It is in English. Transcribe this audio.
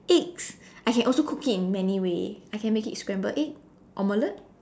eggs I can also cook it in many way I can make it scrambled egg omelette